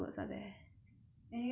anyway right I think